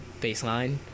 baseline